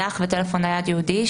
טלפון נייח וטלפון נייד ייעודי.